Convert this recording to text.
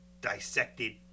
dissected